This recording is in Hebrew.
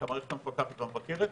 את המערכת המפקחת והמבקרת.